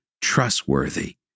trustworthy